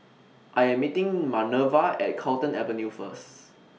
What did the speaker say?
I Am meeting Manerva At Carlton Avenue First